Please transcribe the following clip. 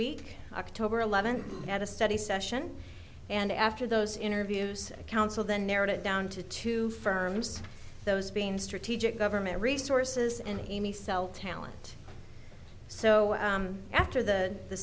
week october eleventh at a study session and after those interviews council then narrowed it down to two firms those being strategic government resources and amy cell talent so after the the